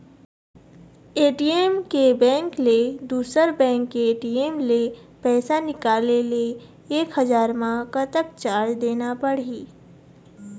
ATM के bank ले दुसर बैंक के ए.टी.एम ले पैसा निकाले ले एक हजार मा कतक चार्ज देना पड़ही?